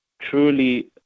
truly